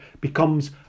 becomes